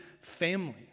family